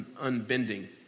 unbending